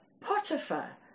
Potiphar